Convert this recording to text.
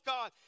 God